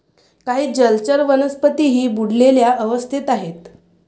काही जलचर वनस्पतीही बुडलेल्या अवस्थेत आहेत